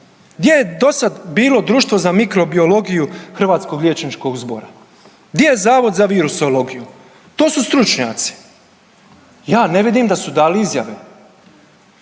gdje je dosad bilo Društvo za mikrobiologiju Hrvatskog liječničkog zbora, gdje je Zavod za virusologiju, to su stručnjaci. Ja ne vidim da su dali izjave.